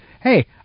hey